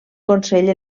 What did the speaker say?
consell